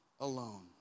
alone